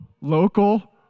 Local